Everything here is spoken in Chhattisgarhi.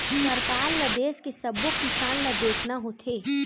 सरकार ल देस के सब्बो किसान ल देखना होथे